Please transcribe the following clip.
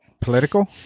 political